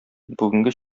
бүгенге